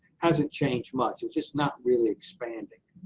hasn't changed much. it's just not really expanding.